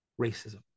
racism